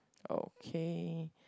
okay